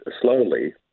slowly